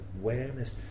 awareness